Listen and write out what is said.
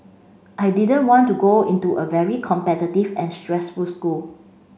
I didn't want to go into a very competitive and stressful school